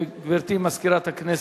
גברתי מזכירת הכנסת,